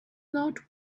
not